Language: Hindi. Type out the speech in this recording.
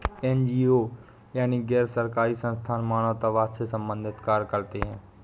एन.जी.ओ यानी गैर सरकारी संस्थान मानवतावाद से संबंधित कार्य करते हैं